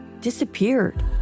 disappeared